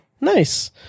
Nice